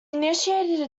initiated